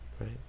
right